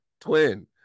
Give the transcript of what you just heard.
Twin